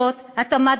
התופעה